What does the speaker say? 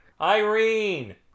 Irene